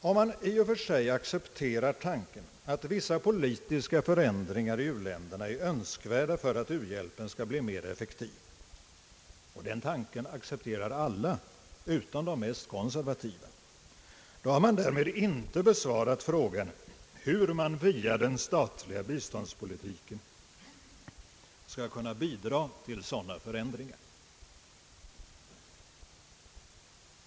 Om man i och för sig accepterar tanken att vissa politiska förändringar i u-länderna är önskvärda för att u-bjälpen skall bli mer effektiv — och den tanken accepterar alla utom de mest konservativa — har man därmed inte besvarat frågan hur man via den statliga biståndspolitiken skall kunna bidra till sådana förändringar.